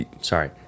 sorry